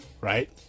right